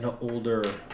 older